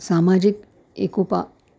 सामाजिक एकोपा